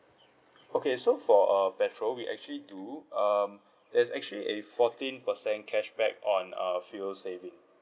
okay so for uh petrol we actually do um there's actually a fourteen percent cashback on uh fuel saving